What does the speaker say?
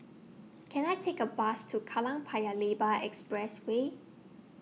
Can I Take A Bus to Kallang Paya Lebar Expressway